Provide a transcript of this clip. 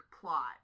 plot